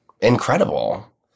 incredible